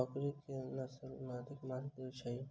बकरी केँ के नस्ल अधिक मांस दैय छैय?